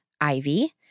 Ivy